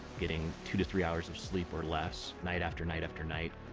getting two to three hours of sleep, or less, night after night, after night.